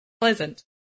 pleasant